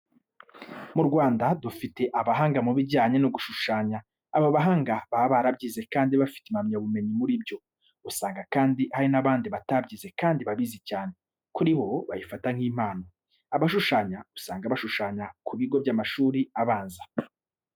Mu Rwanda dufite abahanga mu bijyanye no gushushanya, aba bahanga baba barabyize kandi bafite impamyabumenyi muri byo, usanga kandi hari n'abandi batabyize kandi babizi cyane, kuri bo babifata nk'impano. Abashushanya usanga bashushanya ku bigo by'amashuri abanza.